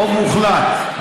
רוב מוחלט.